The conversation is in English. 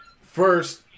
first